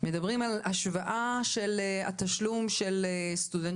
מדברים על השוואה של התשלום של סטודנט